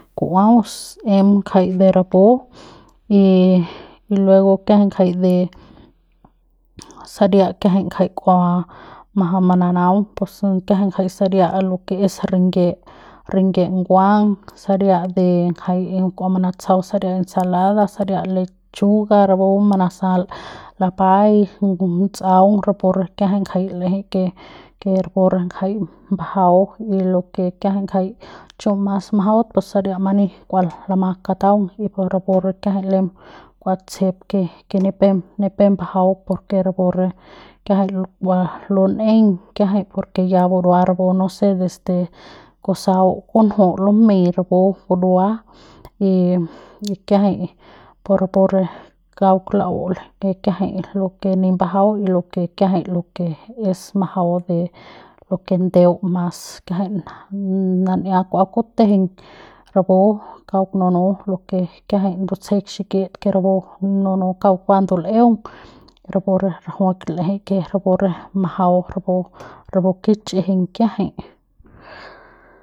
Ku'uaus em ngjai de rapu y luego kiajai ngjai de saria kiajai ngjai kua majaung mananaung pus kiajai de saria a lo ke es rengie rengie nguang saria de ngjai kua manatsjau saria ensalada saria lechuga rapu manasal y luego kiajai ngjai de saria kiajai ngjai kua majaung mananaung pus kiajai jai saria a lo ke es rengie rengie nguang saria de ngjai de kua manatsjau saria ensalada saria kechuga rapu manasal lapai ngutsaung rapu re kiajai jai l'ejei ke ke rapu re ngjai majau y lo ke kiajai ngjai chu mas majaut pus saria mani kua lama kataung y rapu re kiajai lem kua tsjep ke ke ni pep ni pep mbajau por ke rapu re kiajai kua lun'eiñ kiajai por ke ya burua napu nose desde kusau kunju lumei rapu burua y kiajai po rapu re kauk lau ke kiajai lo ke ni mbajau lo ke kiajai lo ke es majau de lo ke ndeu mas kiajai nan'ia kua kutejeiñ rapu kauk nunu lo ke kiajai ndutejeik xikit nunu kauk kua ndul'eung rapu re rajuik l'eke ke majau rapu rapu kich'ijiñ kiajai.